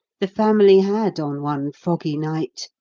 the family had, on one foggy night,